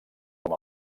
com